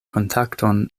kontakton